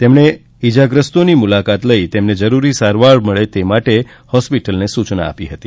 તેમણે ઈજાગ્રસ્ત લોકોની મુલાકાત લઈ તેમને જરૂરી સારવાર મળે તે માટે હોસ્પિટલને સુચના આપી હતી